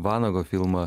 vanago filmą